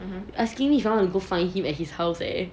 asking me if I want to go find him at his house leh